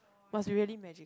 must really magic